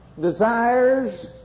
desires